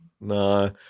No